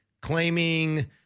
claiming